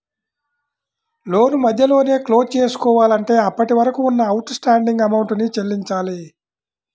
లోను మధ్యలోనే క్లోజ్ చేసుకోవాలంటే అప్పటివరకు ఉన్న అవుట్ స్టాండింగ్ అమౌంట్ ని చెల్లించాలి